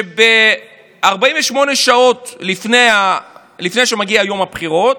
שב-48 השעות שלפני יום הבחירות,